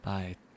Bye